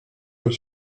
are